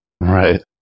Right